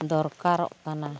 ᱫᱚᱨᱠᱟᱨᱚᱜ ᱠᱟᱱᱟ